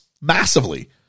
massively